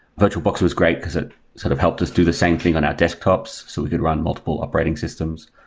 virtualbox was great, because it sort of helped us do the same thing on our desktops, so we could run multiple operating systems,